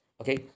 Okay